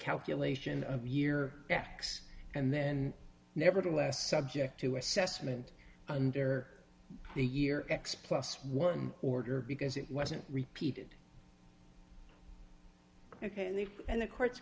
calculation of year x and then nevertheless subject to assessment under the year x plus one order because it wasn't repeated ok and the and the court